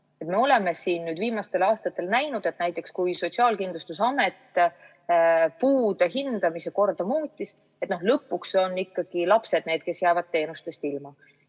Me oleme viimastel aastatel näinud, et kui näiteks Sotsiaalkindlustusamet puude hindamise korda muutis, siis lõpuks olid ikkagi lapsed need, kes jäid teenustest ilma.